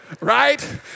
Right